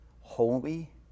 holy